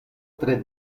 tre